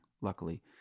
luckily –